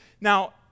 Now